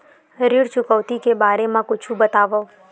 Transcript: ऋण चुकौती के बारे मा कुछु बतावव?